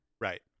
right